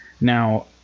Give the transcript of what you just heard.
Now